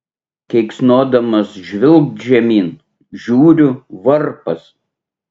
keiksnodamas žvilgt žemyn žiūriu varpas